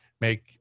make